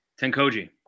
Tenkoji